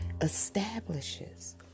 establishes